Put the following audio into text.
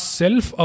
self